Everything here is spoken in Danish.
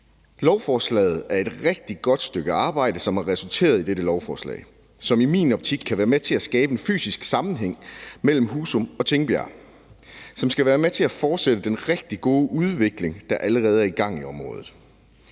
andre. Det er et rigtig godt stykke arbejde, som er resulteret i dette lovforslag, og som i min optik kan være med til at skabe en fysisk sammenhæng mellem Husum og Tingbjerg, og som skal være med til at fortsætte den rigtig gode udvikling, der allerede er i gang i området.